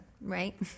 right